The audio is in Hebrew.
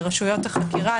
לרשויות החקירה,